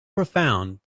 profound